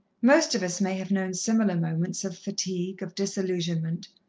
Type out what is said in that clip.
most of us may have known similar moments of fatigue, of disillusionment,